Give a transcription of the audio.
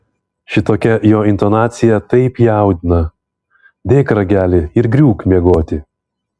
šitokia jo intonacija taip jaudina dėk ragelį ir griūk miegoti